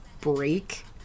break